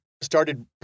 started